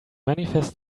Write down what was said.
manifest